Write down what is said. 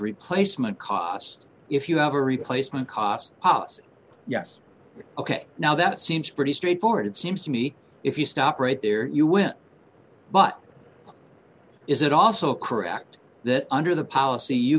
replacement cost if you have a replacement cost os yes ok now that seems pretty straightforward it seems to me if you stop right there you win but is it also correct that under the policy you